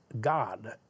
God